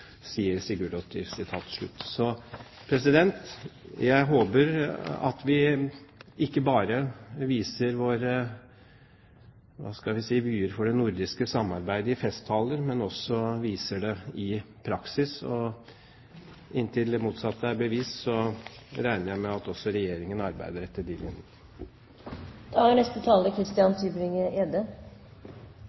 Jeg håper at vi ikke bare viser våre – hva skal vi si – vyer for det nordiske samarbeidet i festtaler, men også viser det i praksis. Inntil det motsatte er bevist, regner jeg med at også Regjeringen arbeider etter de linjer. Jeg har bare en liten kommentar. Jeg ser av innstillingen at det er